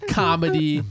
comedy